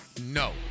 no